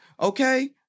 Okay